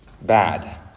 bad